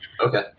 Okay